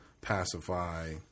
pacify